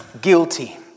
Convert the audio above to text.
guilty